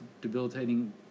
debilitating